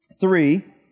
three